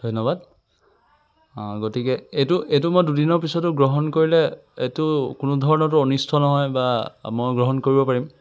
ধন্যবাদ আ গতিকে এইটো এইটো মই দুদিনৰ পিছতো গ্ৰহণ কৰিলে এইটো কোনো ধৰণৰতো অনিষ্ট নহয় বা মই গ্ৰহণ কৰিব পাৰিম